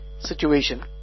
Situation